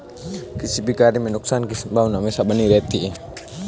किसी भी कार्य में नुकसान की संभावना हमेशा बनी रहती है